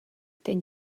ten